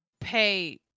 pay